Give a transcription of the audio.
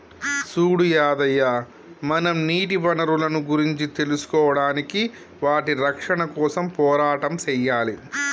సూడు యాదయ్య మనం నీటి వనరులను గురించి తెలుసుకోడానికి వాటి రక్షణ కోసం పోరాటం సెయ్యాలి